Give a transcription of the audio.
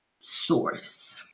source